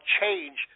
change